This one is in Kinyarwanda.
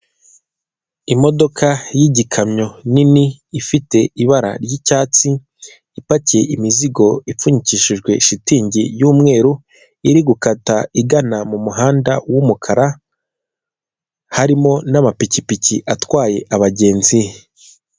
Imodoka y'igikamyo nini ifite ibara ry'icyatsi, ipakiye imizigo ipfunyikishijwe shitingi y'umweru, iri gukata igana mu muhanda w'umukara harimo n'amapikipiki atwaye abagenzi.